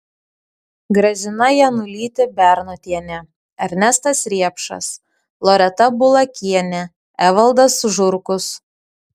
gražina janulytė bernotienė ernestas riepšas loreta bulakienė evaldas žurkus